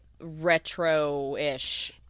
retro-ish